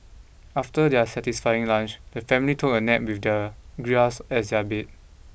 after their satisfying lunch the family took a nap with the grass as their bed